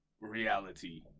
reality